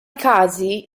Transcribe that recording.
casi